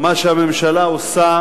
מה שהממשלה עושה